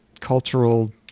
cultural